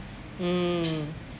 mm